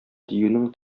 диюнең